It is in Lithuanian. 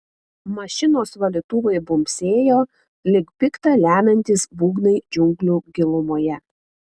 mašinos valytuvai bumbsėjo lyg pikta lemiantys būgnai džiunglių gilumoje